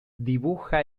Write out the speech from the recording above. dibuja